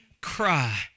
cry